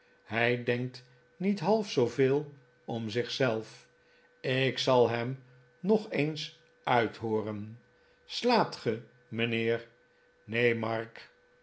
hij denkt niet half zooveel om zich zelf ik zal hem nog eens uithooren slaapt ge mijnheer neen mark